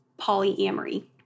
polyamory